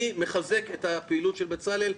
אני מחזק את הפעילות של בצלאל.